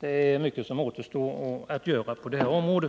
Det är mycket som återstår att göra på detta område.